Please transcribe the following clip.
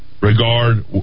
regard